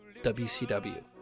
WCW